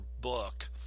book